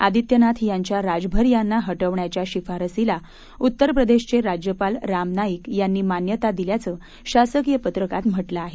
आदित्यनाथ यांच्या राजभर यांना हटवण्याच्या शिफारसीला उत्तर प्रदेशाचे राज्यपाल राम नाईक यांनी मान्यता दिल्याचं शासकीय पत्रकात म्हटलं आहे